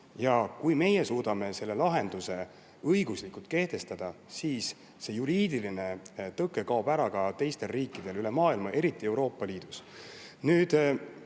Kui meie suudame selle lahenduse õiguslikult kehtestada, siis kaob juriidiline tõke ära ka teistel riikidel üle maailma, eriti Euroopa Liidus.